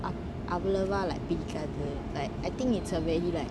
அவ்ளோவா பிடிக்காது:avlova pidikathu like I think it's a very like